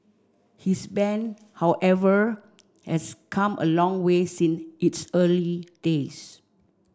his band however has come a long way since its early days